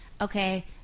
okay